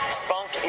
spunk